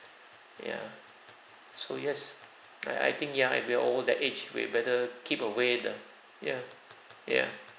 ya so yes right I think ya if we're all that age we better keep away the ya ya